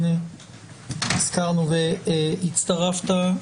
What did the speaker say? הנה הזכרנו והצטרפת,